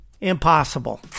impossible